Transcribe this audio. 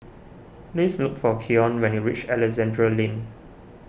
please look for Keon when you reach Alexandra Lane